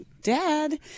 dad